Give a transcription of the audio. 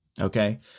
Okay